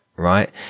Right